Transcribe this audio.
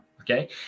Okay